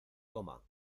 toma